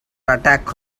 attack